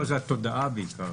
לא, זו התודעה בעיקר.